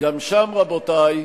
גם שם, רבותי,